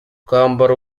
kwambara